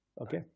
Okay